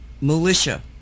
militia